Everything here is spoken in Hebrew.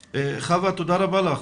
חוה, תודה רבה לך.